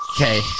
Okay